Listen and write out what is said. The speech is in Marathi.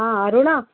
हां अरूणा